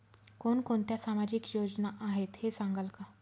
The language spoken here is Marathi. कोणकोणत्या सामाजिक योजना आहेत हे सांगाल का?